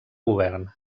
govern